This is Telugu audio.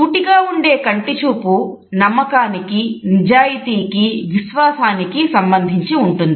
సూటిగా ఉండే కంటి చూపు నమ్మకానికి నిజాయితీకి విశ్వాసానికి సంబంధించి ఉంటుంది